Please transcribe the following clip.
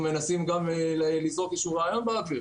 בהקשר זה אנחנו מנסים לזרוק איזשהו רעיון באוויר